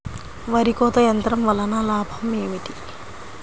వరి కోత యంత్రం వలన లాభం ఏమిటి?